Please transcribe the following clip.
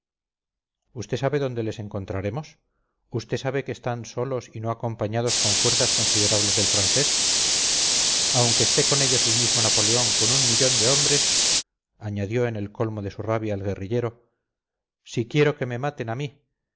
usted sabe dónde les encontraremos usted sabe que están solos y no acompañados con fuerzas considerables del francés aunque esté con ellos el mismo napoleón con un millón de hombres añadió en el colmo de su rabia el guerrillero si quiero que me maten a mí